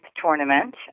tournament